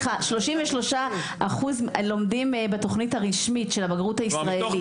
33% לומדים בתוכנית הרשמית של הבגרות הישראלית.